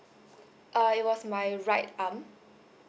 uh it was my right arm